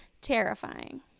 Terrifying